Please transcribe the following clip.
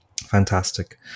Fantastic